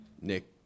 Nick